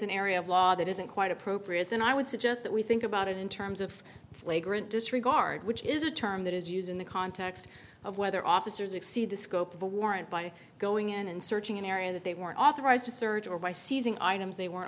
invokes an area of law that isn't quite appropriate and i would suggest that we think about it in terms of flagrant disregard which is a term that is used in the context of whether officers exceed the scope of a warrant by going in and searching an area that they were authorized to search or by seizing items they were